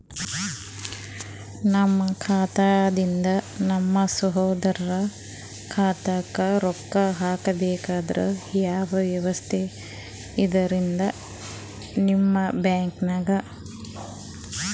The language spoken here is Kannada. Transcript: ನಮ್ಮ ಖಾತಾದಿಂದ ನಮ್ಮ ಸಹೋದರನ ಖಾತಾಕ್ಕಾ ರೊಕ್ಕಾ ಹಾಕ್ಬೇಕಂದ್ರ ಯಾವ ವ್ಯವಸ್ಥೆ ಇದರೀ ನಿಮ್ಮ ಬ್ಯಾಂಕ್ನಾಗ?